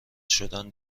شدن